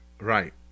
Right